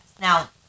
Now